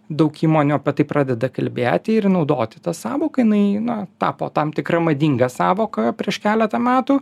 daug įmonių apie tai pradeda kalbėti ir naudoti tą sąvoką jinai na tapo tam tikra madinga sąvoka prieš keletą metų